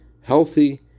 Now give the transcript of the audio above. healthy